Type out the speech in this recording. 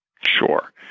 Sure